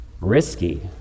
risky